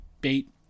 bait